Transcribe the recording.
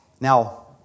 Now